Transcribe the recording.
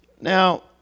Now